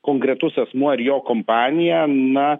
konkretus asmuo ir jo kompanija na